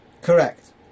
Correct